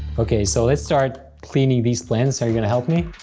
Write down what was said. okay, so let's start cleaning these plants. are you gonna help me?